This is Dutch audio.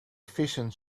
vissen